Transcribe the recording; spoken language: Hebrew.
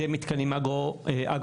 אלה מתקנים אגרו-וולטאיים.